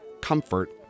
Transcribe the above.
comfort